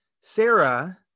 Sarah